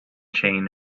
chain